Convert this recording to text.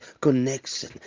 connection